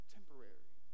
Temporary